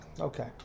Okay